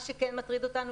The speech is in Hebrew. מה שכן מטריד אותנו,